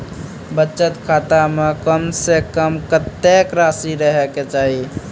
बचत खाता म कम से कम कत्तेक रासि रहे के चाहि?